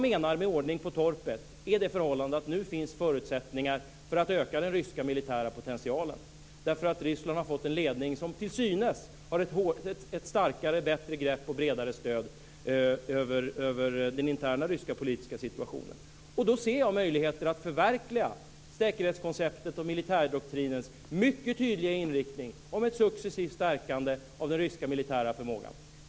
Med ordning på torpet menar jag det förhållandet att det nu finns förutsättningar för att öka den ryska militära potentialen. Ryssland har fått en ledning som till synes har ett bredare stöd och ett starkare och bättre grepp över den interna ryska politiska situationen. Då ser jag möjligheter att förverkliga säkerhetskonceptet och militärdoktrinens mycket tydliga inriktning om ett successivt stärkande av den ryska militära förmågan.